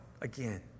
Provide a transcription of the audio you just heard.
Again